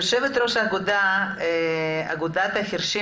יושבת ראש אגודת החירשים